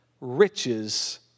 riches